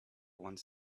wants